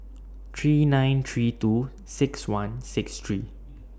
three nine three two six one six three